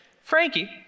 Frankie